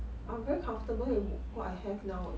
I'm very comfortable with what I have now eh